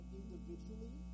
individually